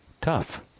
tough